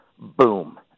Boom